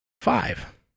Five